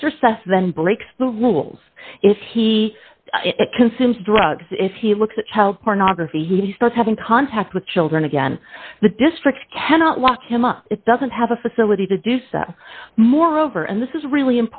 sest then breaks the rules if he consumes drugs if he looks at child pornography he starts having contact with children again the district cannot lock him up it doesn't have a facility to do so moreover and this is really